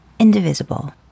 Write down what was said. Indivisible